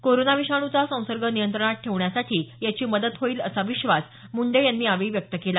corona विषाणूचा संसर्ग नियंत्रणात ठेवण्यासाठी याची मदत होईल असा विश्वास मुंडे यांनी यावेळी व्यक्त केला